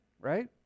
right